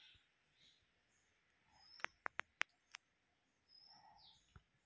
ಉಳಿತಾಯ ಜನ್ರ ಅಕೌಂಟ್ಗಳಿಗೆ ಎಲೆಕ್ಟ್ರಾನಿಕ್ ಹಣ ವರ್ಗಾವಣೆ ಇ.ಎಫ್.ಟಿ ಸೌಕರ್ಯದೊಂದಿಗೆ ಒದಗಿಸುತ್ತೆ